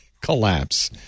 collapse